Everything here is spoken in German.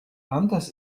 anders